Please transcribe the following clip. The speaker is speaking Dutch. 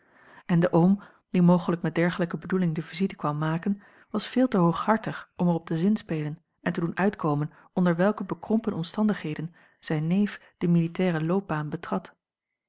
en de oom die mogelijk met dergelijke bedoeling de visite kwam maken was veel te hooghartig om er op te zinspelen en te doen uitkomen onder welke bekrompen omstandigheden zijn neef de militaire loopbaan betrad